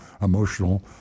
emotional